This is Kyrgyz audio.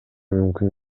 мүмкүн